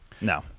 No